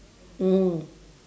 mm